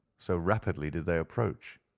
so rapidly did they approach.